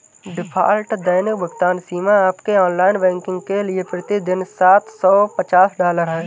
default दैनिक भुगतान सीमा आपके ऑनलाइन बैंकिंग के लिए प्रति दिन सात सौ पचास डॉलर है